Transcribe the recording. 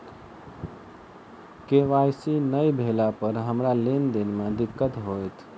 KYC नै भेला पर हमरा लेन देन मे दिक्कत होइत?